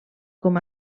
com